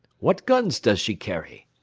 what guns does she carry?